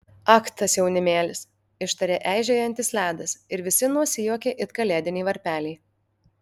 ak tas jaunimėlis ištarė eižėjantis ledas ir visi nusijuokė it kalėdiniai varpeliai